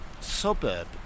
suburb